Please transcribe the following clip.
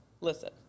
listen